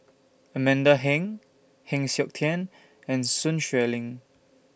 Amanda Heng Heng Siok Tian and Sun Xueling